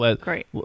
Great